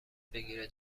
بگیره